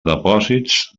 depòsits